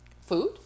Food